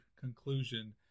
conclusion